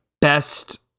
Best